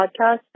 podcast